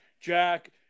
Jack